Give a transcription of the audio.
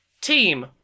Team